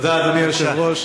תודה, אדוני היושב-ראש.